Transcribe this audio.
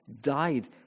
died